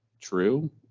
true